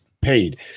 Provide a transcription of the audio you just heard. paid